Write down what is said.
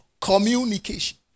Communication